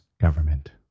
government